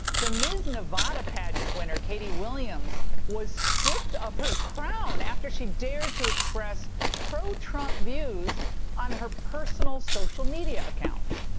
the miss nevada pageant winner katie williams was stripped of her crown after she dared to express pro-trump views on her personal social media account.